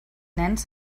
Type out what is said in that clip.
nens